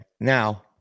now-